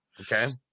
Okay